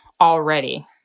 already